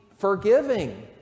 forgiving